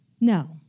No